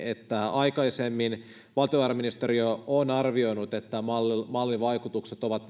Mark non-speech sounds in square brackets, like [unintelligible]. aikaisemmin valtiovarainministeriö on arvioinut että mallin vaikutukset ovat [unintelligible]